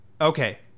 okay